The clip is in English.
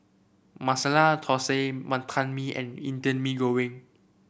Masala Thosai Wonton Mee and Indian Mee Goreng